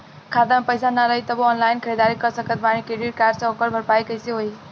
खाता में पैसा ना रही तबों ऑनलाइन ख़रीदारी कर सकत बानी क्रेडिट कार्ड से ओकर भरपाई कइसे होई?